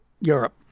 Europe